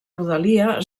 rodalia